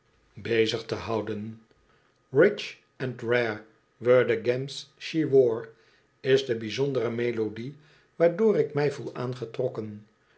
bezig te houden rich and rare we re the gems she wore is de bijzondere melodie waardoor ik mij voel aangetrokken